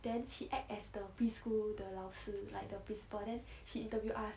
then she act as the preschool 的老师 like the principal then she interview us